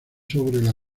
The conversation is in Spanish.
sobre